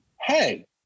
hey